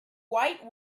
white